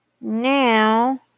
Now